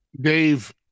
Dave